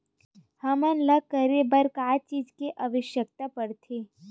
हमन ला करे बर का चीज के आवश्कता परथे?